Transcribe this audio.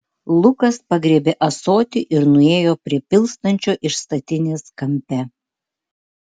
lukas pagriebė ąsotį ir nuėjo prie pilstančio iš statinės kampe